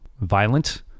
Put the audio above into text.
violent